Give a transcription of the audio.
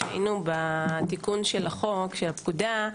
כשהיינו בתיקון של הפקודה,